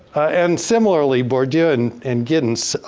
and similarly bordieu and and giddens,